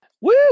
Woo